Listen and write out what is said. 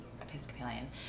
Episcopalian